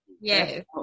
Yes